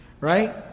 Right